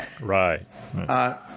Right